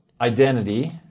identity